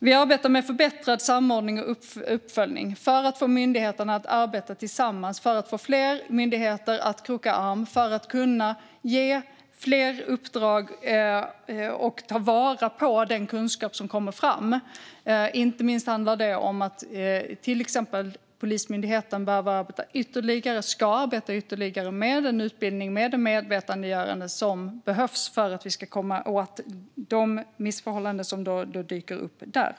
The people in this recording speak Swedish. Vi arbetar med förbättrad samordning och uppföljning för att få myndigheterna att arbeta tillsammans, för att få fler myndigheter att kroka arm och för att kunna ge fler uppdrag och ta vara på den kunskap som kommer fram. Inte minst handlar det om att till exempel Polismyndigheten behöver arbeta ytterligare - och ska arbeta ytterligare - med den utbildning och det medvetandegörande som behövs för att vi ska komma åt de missförhållanden som dyker upp där.